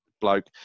bloke